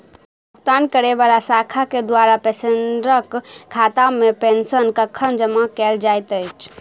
भुगतान करै वला शाखा केँ द्वारा पेंशनरक खातामे पेंशन कखन जमा कैल जाइत अछि